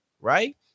right